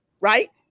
Right